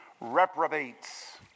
reprobates